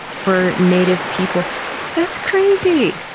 for native people that's crazy.